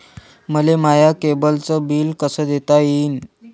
मले माया केबलचं बिल कस देता येईन?